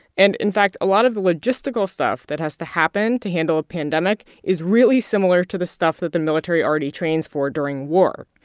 and in fact, a lot of the logistical stuff that has to happen to handle a pandemic is really similar to the stuff that the military already trains for during war.